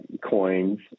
coins